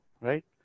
right